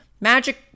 Magic